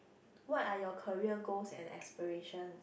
what are your career goals and aspiration